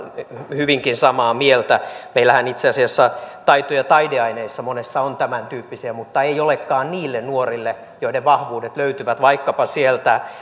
hyvinkin samaa mieltä meillähän itse asiassa monissa taito ja taideaineissa on tämäntyyppisiä mutta ei olekaan niille nuorille joiden vahvuudet löytyvät vaikkapa